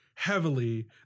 heavily